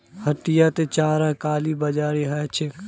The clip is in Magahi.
हटियात चारार कालाबाजारी ह छेक